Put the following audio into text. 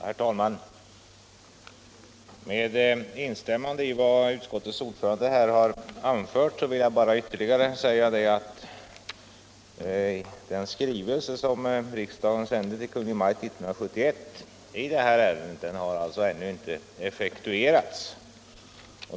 Herr talman! Med instämmande i vad utskottets ordförande här anfört vill jag bara ytterligare säga att den skrivelse som riksdagen sände till Kungl. Maj:t år 1971 ännu inte har effektuerats.